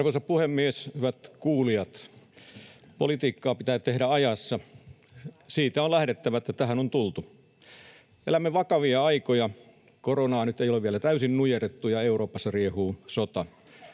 Arvoisa puhemies, hyvät kuulijat! Politiikkaa pitää tehdä ajassa — siitä on lähdettävä, että tähän on tultu. Elämme vakavia aikoja: koronaa nyt ei ole vielä täysin nujerrettu, ja Euroopassa riehuu sota.